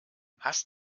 hast